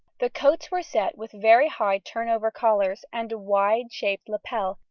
the coats were set with very high turn-over collars and a wide-shaped lapel,